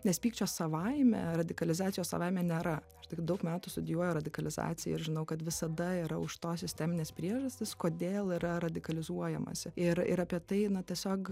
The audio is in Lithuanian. nes pykčio savaime radikalizacijos savaime nėra aš tiek daug metų studijuoju radikalizaciją ir žinau kad visada yra už to sisteminės priežastys kodėl yra radikalizuojamasi ir ir apie tai na tiesiog